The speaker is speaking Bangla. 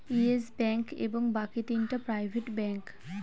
ইয়েস ব্যাঙ্ক এবং বাকি তিনটা প্রাইভেট ব্যাঙ্ক